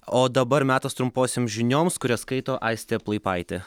o dabar metas trumposioms žinioms kurias skaito aistė plaipaitė